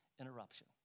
interruption